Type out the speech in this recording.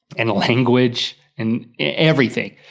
and a language and everything,